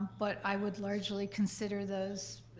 but i would largely consider those